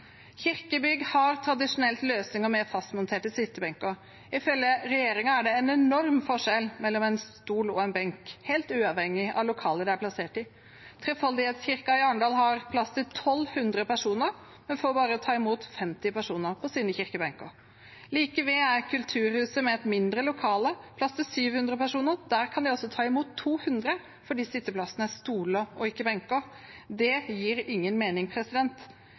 Kirkebygg har tradisjonelt løsninger med fastmonterte sittebenker. Ifølge regjeringen er det en enorm forskjell mellom en stol og en benk, helt uavhengig av lokalet de er plassert i. Trefoldighetskirken i Arendal har plass til 1 200 personer, men får bare ta imot 50 personer på sine kirkebenker. Like ved er kulturhuset, et mindre lokale med plass til 700 personer. Der kan de ta imot 200, fordi sitteplassene er stoler og ikke benker. Det gir ingen mening.